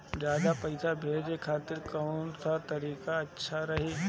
ज्यादा पईसा भेजे खातिर कौन सा तरीका अच्छा रही?